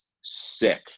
sick